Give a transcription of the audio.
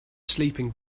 sleeping